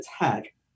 attack